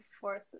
fourth